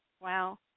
Wow